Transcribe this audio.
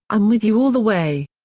i'm with you all the way!